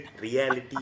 Reality